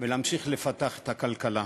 ולהמשיך לפתח את הכלכלה.